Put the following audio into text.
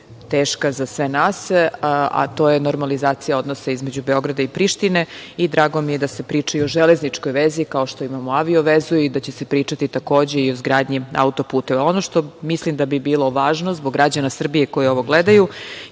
teška za sve nas, a to je normalizacija odnosa između Beograda i Prištine. I drago mi je da se priča i o železničkoj vezi, kao što imamo avio vezu i da će se pričati takođe i o izgradnji auto-puteva. Ono što mislim da bi bilo važno, zbog građana Srbije koji ovo gledaju,